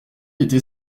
été